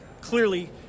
clearly